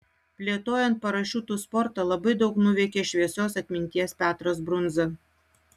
plėtojant parašiutų sportą labai daug nuveikė šviesios atminties petras brundza